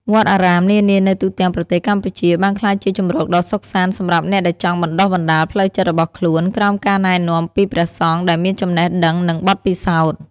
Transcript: វត្តអារាមនានានៅទូទាំងប្រទេសកម្ពុជាបានក្លាយជាជម្រកដ៏សុខសាន្តសម្រាប់អ្នកដែលចង់បណ្តុះបណ្តាលផ្លូវចិត្តរបស់ខ្លួន ក្រោមការណែនាំពីព្រះសង្ឃដែលមានចំណេះដឹងនិងបទពិសោធន៍។